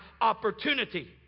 opportunity